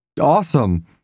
awesome